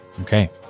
Okay